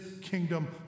kingdom